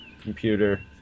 computer